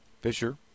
Fisher